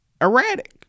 erratic